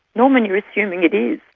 norman you're assuming it is.